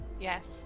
Yes